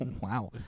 wow